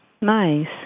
Nice